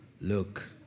look